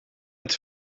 het